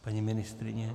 Paní ministryně?